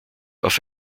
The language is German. auf